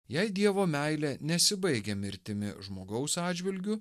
jei dievo meilė nesibaigia mirtimi žmogaus atžvilgiu